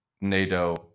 NATO